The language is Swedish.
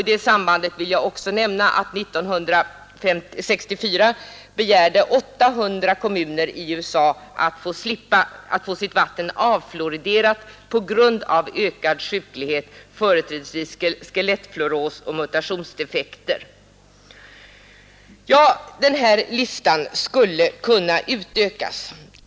I detta sammanhang vill jag också nämna att 800 kommuner i USA 1964 begärde att få sitt vatten avfluoriderat på grund av ökad sjuklighet, företrädesvis skelettfluoros och mutationsdefekter. Denna lista skulle kunna utökas.